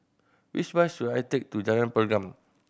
which bus should I take to Jalan Pergam